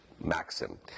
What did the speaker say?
Maxim